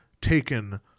taken